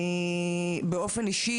באופן אישי,